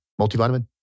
multivitamin